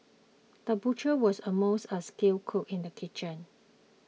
the butcher was also a skilled cook in the kitchen